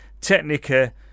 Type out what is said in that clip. Technica